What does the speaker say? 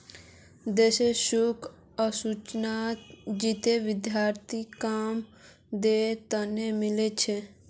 देवेश शोक अनुसूचित जाति विद्यार्थी कम दर तोत मील छे